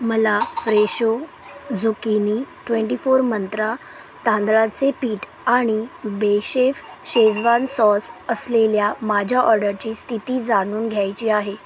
मला Fresho zucchini twenty four Mantra तांदळाचे पीठ आणि बेशेफ शेजवान सॉस असलेल्या माझ्या ऑर्डरची स्थिती जाणून घ्यायची आहे